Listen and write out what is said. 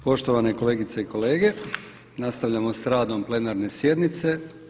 Poštovane kolegice i kolege, nastavljamo s radom plenarne sjednice.